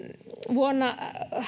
vuonna